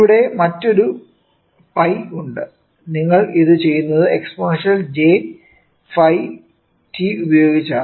ഇവിടെ മറ്റൊരു π ഉണ്ട് നിങ്ങൾ ഇത് ചെയ്യുന്നത് എക്സ്പോണൻഷ്യൽ jϕt ഉപയോഗിച്ചാണ്